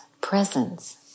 presence